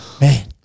Man